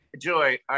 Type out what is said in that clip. Joy